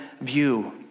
view